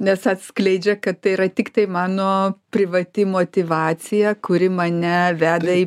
nes atskleidžia kad tai yra tiktai mano privati motyvacija kuri mane veda į